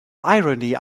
irony